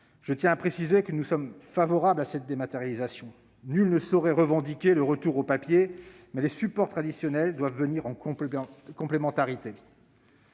Je tiens à préciser que nous sommes favorables à cette dématérialisation. Nul ne saurait revendiquer le retour au papier, mais les supports traditionnels doivent venir en complémentarité.